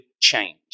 change